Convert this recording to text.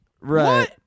Right